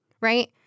Right